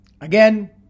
again